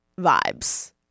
vibes